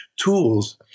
tools